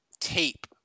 tape